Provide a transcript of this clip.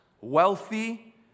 wealthy